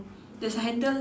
there's a handle